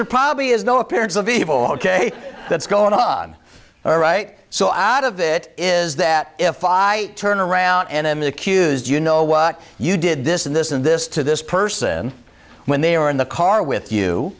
it probably is no appearance of evil ok that's going on all right so out of it is that if i turn around and the accused you know what you did this and this and this to this person when they are in the car with you